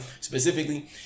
Specifically